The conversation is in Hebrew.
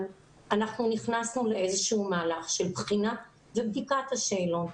אנחנו נכנסנו לאיזשהו מהלך של בחינת ובדיקת השאלון.